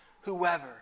whoever